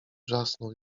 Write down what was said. wrzasnął